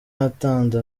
yatanze